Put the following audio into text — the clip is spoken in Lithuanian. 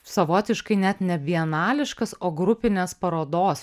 savotiškai net ne bienašališkas o grupinės parodos